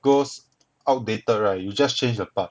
those outdated right you just change a part